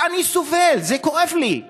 אבל אני סובל, זה כואב לי.